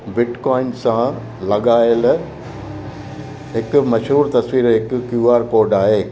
bitcoin सां लॻायल हिकु मशहूरु तस्वीरु हिकु क्यू आर कोड आहे